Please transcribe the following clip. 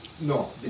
No